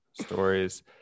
stories